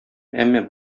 әмма